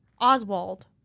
Oswald